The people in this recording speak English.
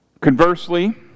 Conversely